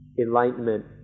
enlightenment